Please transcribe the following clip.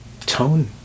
tone